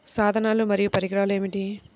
సాధనాలు మరియు పరికరాలు ఏమిటీ?